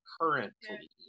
currently